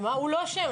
הוא לא אשם.